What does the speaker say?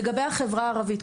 לגבי החברה הערבית,